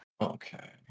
Okay